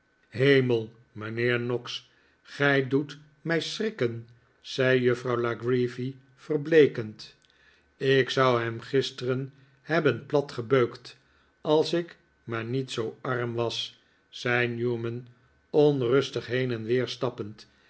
hemel mijnheer noggs gij doet mij schrikken zei juffrouw la creevy verbleekend ik zou hem gisteren hebben platgebeukt als ik maar niet zoo arm was zei newman onrustig heen en weer stappend